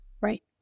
Right